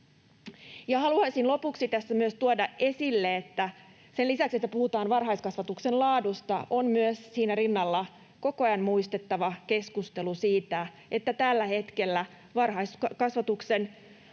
haluaisin lopuksi tästä tuoda esille myös sen, että sen lisäksi, että puhutaan varhaiskasvatuksen laadusta, on siinä rinnalla koko ajan muistettava keskustelu siitä, että tällä hetkellä varhaiskasvatuksen